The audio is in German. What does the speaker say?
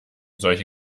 solche